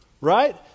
right